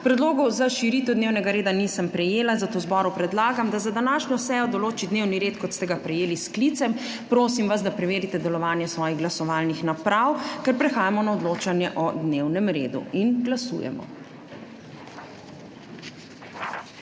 Predlogov za širitev dnevnega reda nisem prejela, zato zboru predlagam, da za današnjo sejo določi dnevni red, kot ste ga prejeli s sklicem. Prosim vas, da preverite delovanje svojih glasovalnih naprav, ker prehajamo na odločanje o dnevnem redu. Glasujemo.